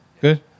Good